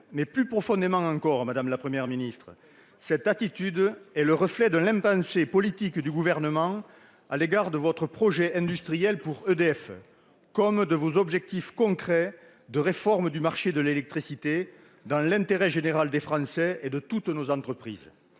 ... Plus profondément encore, madame la Première ministre, cette attitude est le reflet de l'impensé politique du Gouvernement s'agissant de son projet industriel pour EDF comme de ses objectifs concrets de réforme du marché de l'électricité dans l'intérêt général des Français et de toutes nos entreprises.